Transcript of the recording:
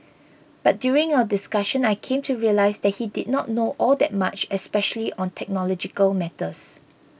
but during our discussion I came to realise that he did not know all that much especially on technological matters